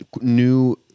new